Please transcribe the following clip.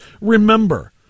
remember